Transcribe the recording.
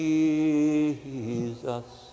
Jesus